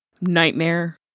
nightmare